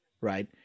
right